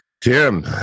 Tim